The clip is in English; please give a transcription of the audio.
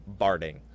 Barding